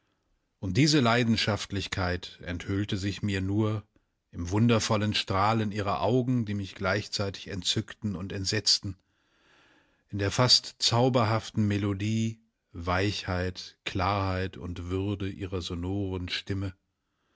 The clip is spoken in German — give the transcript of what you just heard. und diese leidenschaftlichkeit enthüllte sich mir nur im wundervollen strahlen ihrer augen die mich gleichzeitig entzückten und entsetzten in der fast zauberhaften melodie weichheit klarheit und würde ihrer sonoren stimme